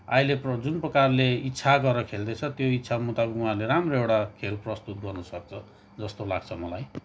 अहिले प्र जुन प्रकारले इच्छा गरेर खेल्दैछ त्यो इच्छा मुताबिक उहाँहरूले राम्रो एउटा खेल प्रस्तुत गर्नुसक्छ जस्तो लाग्छ मलाई